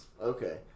Okay